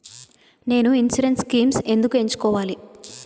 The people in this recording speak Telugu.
నేను ఇన్సురెన్స్ స్కీమ్స్ ఎందుకు ఎంచుకోవాలి?